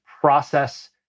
process